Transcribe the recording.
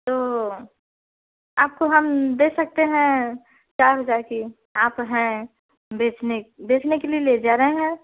तो आपको हम दे सकते हैं चार हजार की आप हैं बेचने बेचने के लिए ले जा रहे हैं